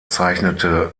zeichnete